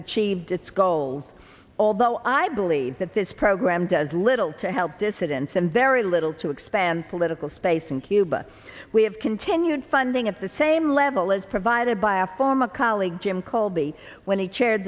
achieved its goals although i believe that this program does little to help dissidents and very little to expand political space in cuba we have continued funding at the same level as provided by our former colleague jim colby when he chair